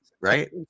right